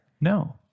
No